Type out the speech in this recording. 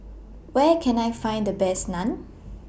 Where Can I Find The Best Naan